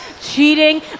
Cheating